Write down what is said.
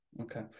Okay